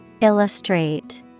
Illustrate